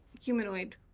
humanoid